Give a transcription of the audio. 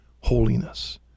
holiness